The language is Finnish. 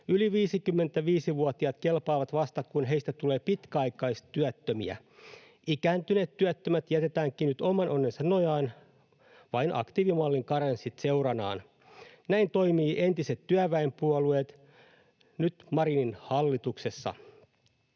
Yli 55-vuotiaat kelpaavat vasta, kun heistä tulee pitkäaikaistyöttömiä. Ikääntyneet työttömät jätetäänkin nyt oman onnensa nojaan vain aktiivimallin karenssit seuranaan. Näin toimivat entiset työväenpuolueet nyt Marinin hallituksessa.